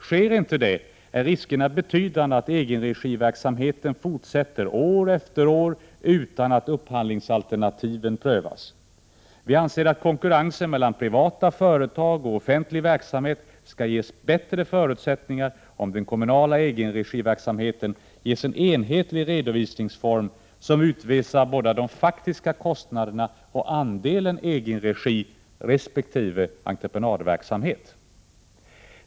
Sker inte detta är riskerna betydande att egenregiverksamheten fortsätter år efter år utan att upphandlingsalternativet prövas. Vi anser att konkurrensen mellan privata företag och offentlig verksamhet skulle ges bättre förutsättningar, om den kommunala egenregiverksamheten ges en enhetlig redovisningsform, som utvisar både de faktiska kostnaderna och andelen egenregi resp. entreprenadverksamhet.